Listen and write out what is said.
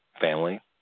family